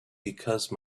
because